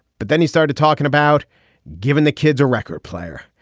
but then he started talking about giving the kids a record player.